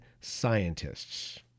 Scientists